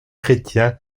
chrétien